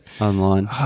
online